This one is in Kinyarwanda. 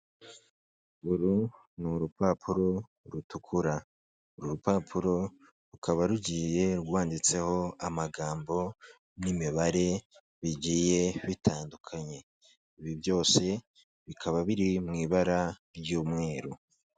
Uru ni urupapuro rutukura, uru rupapuro rukaba rugiye rwanditseho amagambo n'imibare bigiye bitandukanye, ibi byose bikaba biri mu ibara ry'umweru.